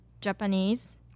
Japanese